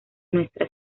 nuestra